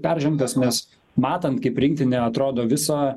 peržengtas nes matant kaip rinktinė atrodo visą